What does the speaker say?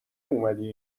اومدی